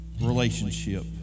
relationship